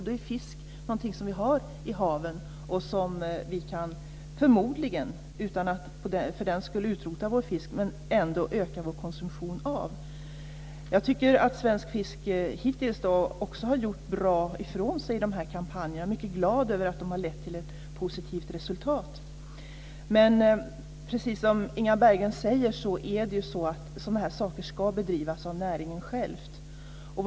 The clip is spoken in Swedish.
Då är fisk någonting som vi har i haven och som vi förmodligen, utan att för den skull utrota vår fisk, kan öka vår konsumtion av. Jag tycker att Svensk Fisk hittills också har gjort bra ifrån sig i de här kampanjerna. Jag är mycket glad över att de lett till ett positivt resultat. Men, precis som Inga Berggren säger, ska sådana här saker bedrivas av näringen själv.